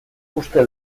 uste